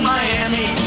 Miami